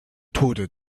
tode